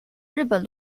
日本